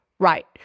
Right